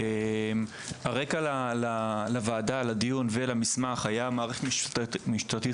הרקע לוועדה לדיון ולמסמך היה מערכת משטרתית